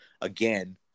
Again